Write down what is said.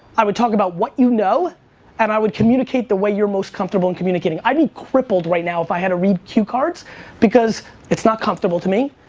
i would talk about what you know and i would communicate the way you are most comfortable in communicating. i'd be crippled right now, if i had to read cue cards because it's not comfortable to me.